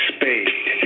Spade